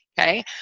Okay